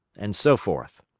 and so forth.